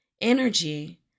Energy